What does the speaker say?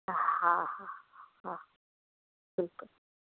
हा हा हा बिल्कुलु